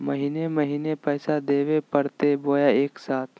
महीने महीने पैसा देवे परते बोया एके साथ?